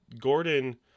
Gordon